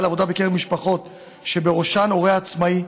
לעבודה בקרב משפחות שבראשן הורה עצמאי,